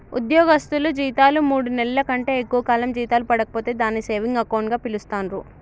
ఉద్యోగస్తులు జీతాలు మూడు నెలల కంటే ఎక్కువ కాలం జీతాలు పడక పోతే దాన్ని సేవింగ్ అకౌంట్ గా పిలుస్తాండ్రు